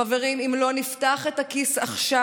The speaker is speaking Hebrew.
חברים, אם לא נפתח את הכיס עכשיו,